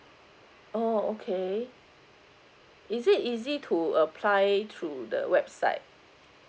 oh okay is it easy to apply through the website